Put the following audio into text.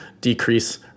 decrease